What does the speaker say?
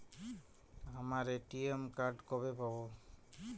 আমার ATM card কবে পাব?